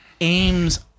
Aims